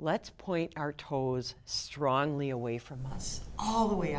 lets point our toes strongly away from us all the way